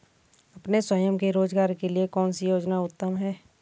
अपने स्वयं के रोज़गार के लिए कौनसी योजना उत्तम है?